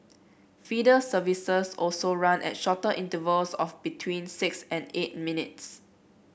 feeder services also run at shorter intervals of between six and eight minutes